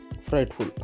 frightful